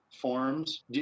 forms